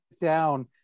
down